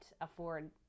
afford